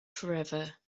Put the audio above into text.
forever